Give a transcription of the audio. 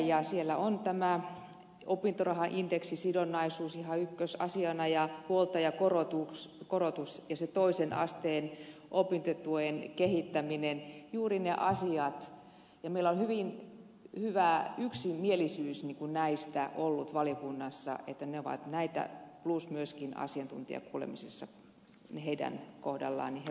ja siellä on tämä opintorahan indeksisidonnaisuus ihan ykkösasiana ja huoltajakorotus ja se toisen asteen opintotuen kehittäminen juuri ne asiat ja meillä on hyvin hyvä yksimielisyys näistä ollut valiokunnassa että ne ovat näitä plus myöskin asiantuntijakuulemisessa heidän kohdallaan eli he ovat samaa mieltä